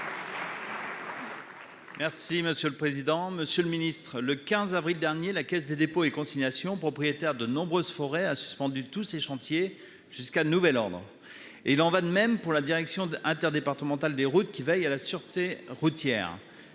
et de la cohésion des territoires, le 15 avril dernier, la Caisse des dépôts et consignations, propriétaire de nombreuses forêts, a suspendu tous ses chantiers jusqu'à nouvel ordre. La direction interdépartementale des routes, qui veille à la sûreté routière,